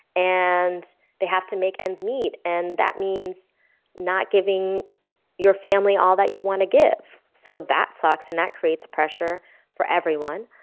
and they have to make ends meet, and that means not giving your family all that you want to give, so that sucks and that creates pressure for everyone.